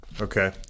Okay